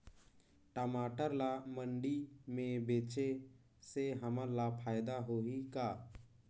टमाटर ला मंडी मे बेचे से हमन ला फायदा होही का?